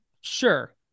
sure